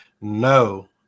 no